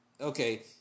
Okay